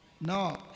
No